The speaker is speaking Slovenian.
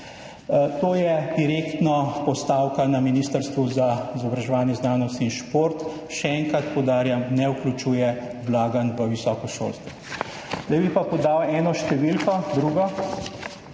To je direktno postavka na Ministrstvu za izobraževanje, znanost in šport. Še enkrat poudarjam, ne vključuje vlaganj v visoko šolstvo. Zdaj bi pa podal eno drugo